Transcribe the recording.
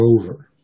over